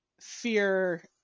fear